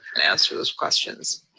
and answer those questions.